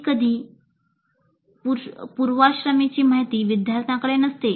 कधीकधी पूर्वाश्रमीची माहिती विद्यार्थ्यांकडे नसते